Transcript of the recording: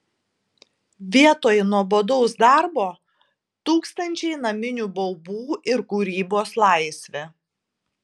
vietoj nuobodaus darbo tūkstančiai naminių baubų ir kūrybos laisvė